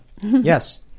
Yes